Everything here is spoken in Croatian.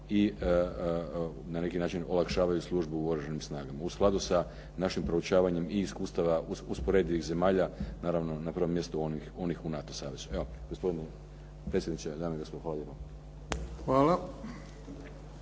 i na neki način olakšavaju službu u Oružanim snagama. U skladu sa našim proučavanjem i iskustava usporedivih zemalja, naravno na prvom mjestu onih u NATO savezu. Evo, gospodine predsjedniče, dame i gospodo hvala